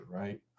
right